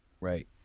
Right